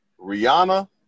Rihanna